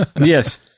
Yes